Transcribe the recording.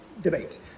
debate